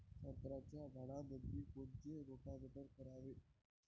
संत्र्याच्या झाडामंदी कोनचे रोटावेटर करावे?